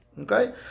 Okay